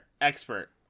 expert